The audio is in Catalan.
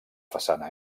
façana